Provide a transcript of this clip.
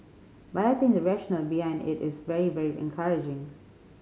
but I think the rationale behind it is very very encouraging